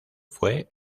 fue